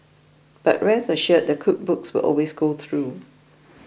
but rest assured the cook books will always go through